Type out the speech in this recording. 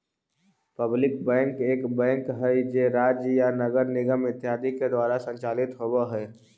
public bank एक bank हइ जे राज्य या नगर निगम इत्यादि के द्वारा संचालित होवऽ हइ